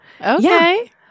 Okay